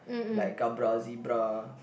like gabra zebra